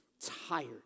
tired